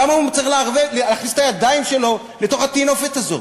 למה הוא צריך להכניס את הידיים שלו לתוך הטינופת הזאת?